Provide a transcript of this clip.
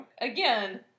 again